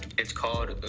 it's called